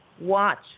watch